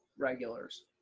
regulars.